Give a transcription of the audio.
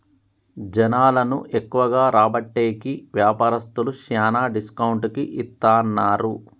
జనాలను ఎక్కువగా రాబట్టేకి వ్యాపారస్తులు శ్యానా డిస్కౌంట్ కి ఇత్తన్నారు